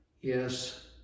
Yes